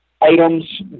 items